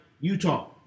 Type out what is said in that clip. Utah